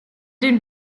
den